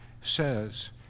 says